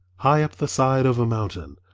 high up the side of a mountain,